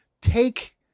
take